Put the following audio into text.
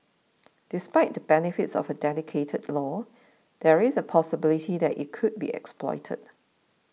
despite the benefits of a dedicated law there is a possibility that it could be exploited